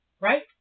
Right